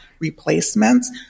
replacements